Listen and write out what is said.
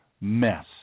mess